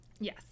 Yes